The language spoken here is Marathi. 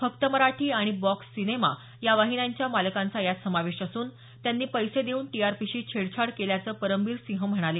फक्त मराठी आणि बॉक्स सिनेमा या वाहिन्याच्या मालकांचा यात समावेश असून त्यांनी पैसे देऊन टीआरपीशी छेडछाड केल्याचं परमबीरसिंह म्हणाले